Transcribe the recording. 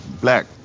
Black